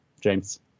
James